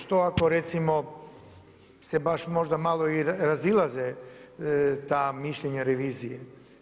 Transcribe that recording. Što ako recimo, se baš možda malo i razilaze ta mišljenja revizije.